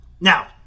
Now